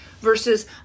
versus